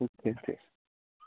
ठीक है ठीक